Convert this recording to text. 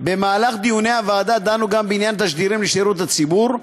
בדיוני הוועדה דנו גם בעניין תשדירים לשירות הציבור.